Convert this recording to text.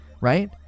Right